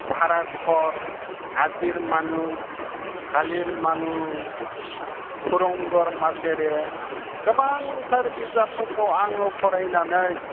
बाह्रा घर आजिर मानु कालिर मानु हुरुंघर माजेरे गोबांथार बिजाबफोरखौ आङो फरायनानै